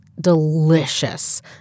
delicious